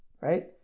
right